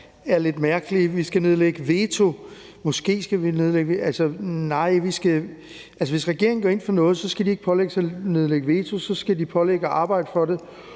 er lidt mærkelig: Vi skal nedlægge veto; måske skal vi nedlægge veto. Nej, hvis regeringen går ind for noget, skal de ikke pålægges at nedlægge veto, så skal de pålægges at arbejde for det,